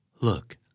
Look